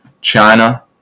China